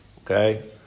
okay